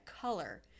color